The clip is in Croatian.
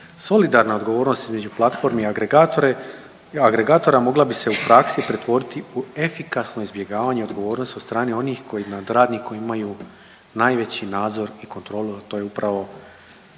Solidarna odgovornost između platformi i agregatore, agregatora mogla bi se u praksi pretvoriti u efikasno izbjegavanje odgovornosti od strane onih koji nad radnikom imaju najveći nadzor i kontrolu, a to je upravo